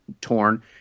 torn